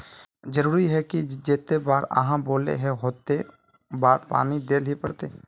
जरूरी है की जयते बार आहाँ बोले है होते बार पानी देल ही पड़ते?